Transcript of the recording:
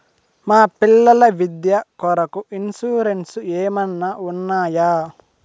మా పిల్లల విద్య కొరకు ఇన్సూరెన్సు ఏమన్నా ఉన్నాయా?